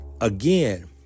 again